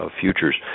futures